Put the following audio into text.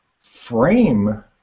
frame